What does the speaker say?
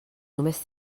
només